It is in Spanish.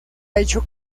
hecho